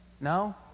No